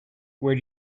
where